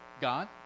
God